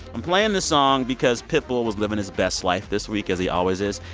i'm playing this song because pitbull was living his best life this week as he always is.